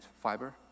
fiber